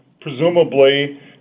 presumably